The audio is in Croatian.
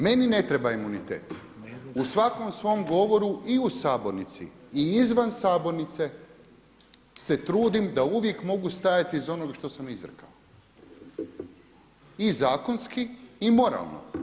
Meni ne treba imunitet. u svakom svom govoru i u sabornici i izvan sabornice se trudim da uvijek mogu stajati iza onoga što sam izrekao i zakonski i moralno.